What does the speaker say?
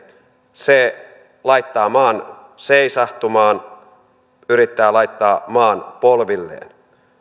se laittaa maan seisahtumaan yrittää laittaa maan polvilleen